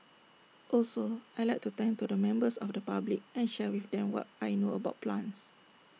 also I Like to talk to members of the public and share with them what I know about plants